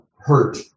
hurt